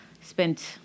spent